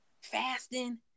fasting